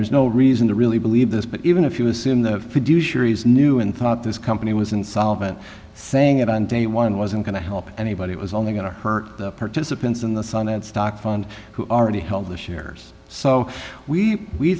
there's no reason to really believe this but even if you assume the producer is new and thought this company was insolvent saying it on day one wasn't going to help anybody it was only going to hurt the participants in the sun and stock fund who already held the shares so we we